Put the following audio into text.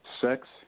Sex